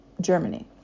Germany